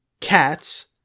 Cats